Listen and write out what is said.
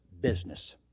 business